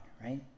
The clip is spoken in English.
right